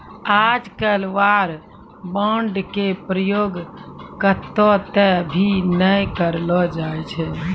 आजकल war bond के प्रयोग कत्तौ त भी नय करलो जाय छै